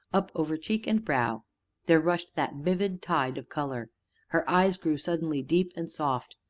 up over cheek and brow there rushed that vivid tide of color her eyes grew suddenly deep and soft,